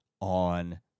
on